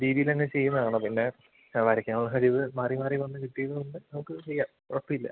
രീതിയിൽ തന്നെ ചെയ്യുന്നതാണ് പിന്നെ വരയ്ക്കാനുള്ള കഴിവ് മാറി മാറി വന്നു കിട്ടിയത് കൊണ്ട് നമുക്ക് ചെയ്യാം കുഴപ്പമില്ല